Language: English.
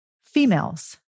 females